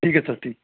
ठीक है अच्छा ठीक